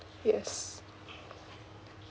yes